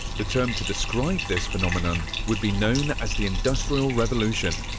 the term to describe this phenomenon would be known as the industrial revolution,